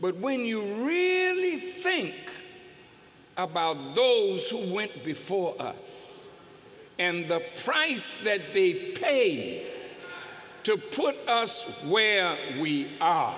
but when you really think about those who went before us and the price that we pay to put us where we are